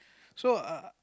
so err